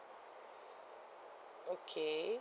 okay